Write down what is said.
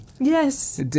yes